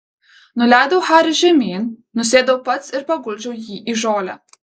nuleidau harį žemyn nusėdau pats ir paguldžiau jį į žolę